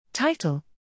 Title